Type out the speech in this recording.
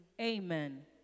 Amen